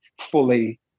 fully